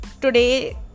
today